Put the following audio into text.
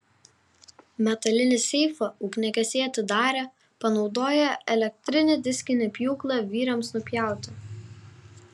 metalinį seifą ugniagesiai atidarė panaudoję elektrinį diskinį pjūklą vyriams nupjauti